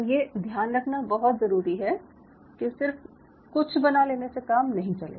ये ध्यान रखना बहुत ज़रूरी है कि सिर्फ कुछ बना लेने से काम नहीं चलेगा